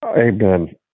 Amen